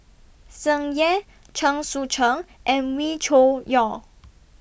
Tsung Yeh Chen Sucheng and Wee Cho Yaw